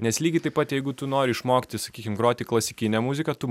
nes lygiai taip pat jeigu tu nori išmokti sakykim groti klasikinę muziką tu